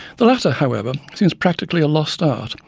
the latter, however, seems practically a lost art,